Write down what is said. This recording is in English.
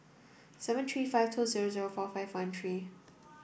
seven three five two zero zero four five one three